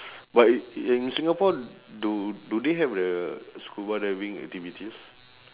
but i~ in singapore do do they have the scuba diving activities